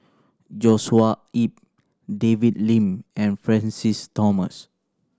Joshua Ip David Lim and Francis Thomas